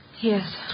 Yes